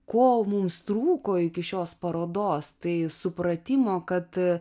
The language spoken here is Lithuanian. ko mums trūko iki šios parodos tai supratimo kad